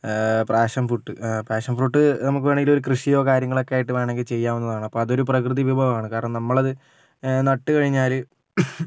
പ്രാഷൻ fruit passion fruit നമുക്ക് വേണമെങ്കിൽ ഒരു കൃഷിയോ കാര്യങ്ങളോ ഒക്കെ ആയിട്ട് വേണമെങ്കിൽ ചെയ്യാവുന്നതാണ് അപ്പം അതൊരു പ്രകൃതി വിഭവം ആണ് കാരണം നമ്മളത് നട്ട് കഴിഞ്ഞാൽ